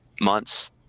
months